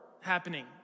happening